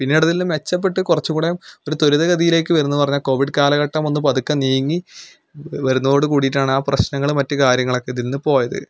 പിന്നെ അവിടുന്ന് മെച്ചപ്പെട്ട കുറച്ചും കൂടെ ഒരു ദുരിത ഗതിയിലേക്ക് വരുന്ന എന്ന് പറഞ്ഞാൽ കോവിഡ് കാലഘട്ടം ഒന്നു പതുക്കെ നീങ്ങി വരുന്നതോടു കൂടിയിട്ടാണ് ആ പ്രശ്നങ്ങളും മറ്റു കാര്യങ്ങളും ഒക്കെ ഇതിൽ നിന്നു പോയത്